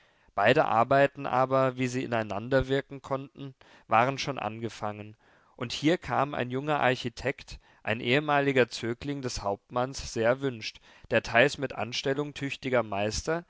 beide arbeiten aber wie sie ineinanderwirken konnten waren schon angefangen und hier kam ein junger architekt ein ehemaliger zögling des hauptmanns sehr erwünscht der teils mit anstellung tüchtiger meister